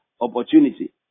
opportunity